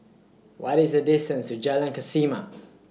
What IS The distance to Jalan Kesoma